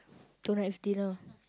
tonight's dinner